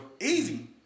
Easy